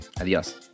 Adiós